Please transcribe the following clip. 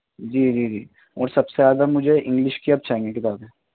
جی جی جی اور سب سے زیادہ مجھے انگلش کی اب چاہیے کتابیں